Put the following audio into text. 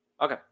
Okay